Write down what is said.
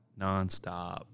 nonstop